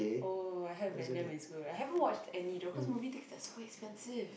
oh I heard Venom is good I haven't watched any though because movie tickets are so expensive